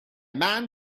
man